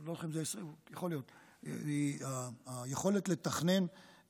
לא זוכר אם זה 2020. יכול להיות שהיכולת לתכנן פחתה,